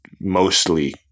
mostly